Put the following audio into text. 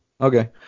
Okay